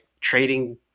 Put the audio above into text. trading